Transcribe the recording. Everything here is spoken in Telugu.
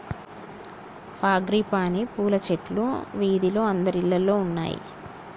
ఫ్రాంగిపానీ పూల చెట్లు వీధిలో అందరిల్లల్లో ఉన్నాయి